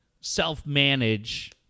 self-manage